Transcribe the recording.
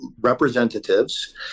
representatives